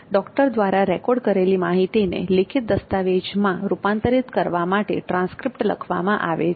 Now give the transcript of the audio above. doctor દ્વારા record કરેલી માહિતીને લેખિત દસ્તાવેજમાં રૂપાંતરિત કરવા માટે ટ્રાંસ્ક્રિપ્ટ લખવામાં આવે છે